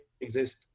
exist